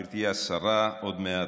גברתי השרה עוד מעט,